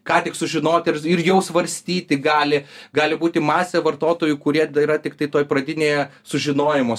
ką tik sužinoti ir jau svarstyti gali gali būti masė vartotojų kurie yra tiktai toj pradinėje sužinojimo